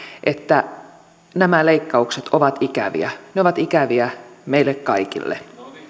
että nämä leikkaukset ovat ikäviä ne ovat ikäviä meille kaikille